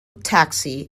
taxi